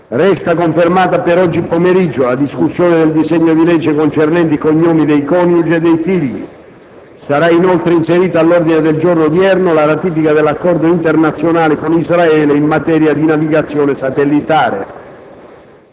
Resta confermata per oggi pomeriggio la discussione del disegno di legge concernente i cognomi dei coniugi e dei figli. Sarà inoltre inserita all'ordine del giorno odierno la ratifica dell'Accordo internazionale con Israele in materia di navigazione satellitare.